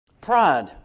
Pride